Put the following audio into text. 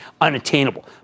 unattainable